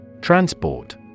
Transport